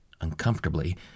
uncomfortably